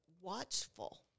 watchful